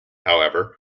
however